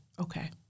Okay